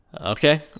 Okay